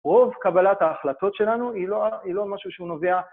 רוב קבלת ההחלטות שלנו, היא לא משהו שהוא נובע...